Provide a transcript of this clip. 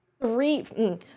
Three